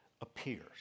appears